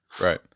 Right